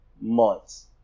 months